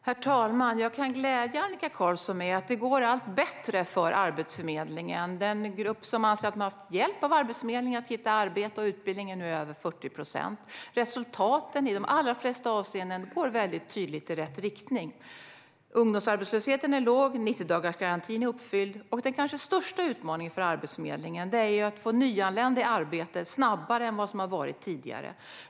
Herr talman! Jag kan glädja Annika Qarlsson med att det går allt bättre för Arbetsförmedlingen. Den grupp som anser att den har haft hjälp av Arbetsförmedlingen att hitta arbete och utbildning är nu över 40 procent. Resultaten i de allra flesta avseenden går väldigt tydligt i rätt riktning. Ungdomsarbetslösheten är låg. 90-dagarsgarantin är uppfylld. Den kanske största utmaningen för Arbetsförmedlingen är att få nyanlända i arbete snabbare än vad som har varit tidigare.